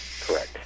Correct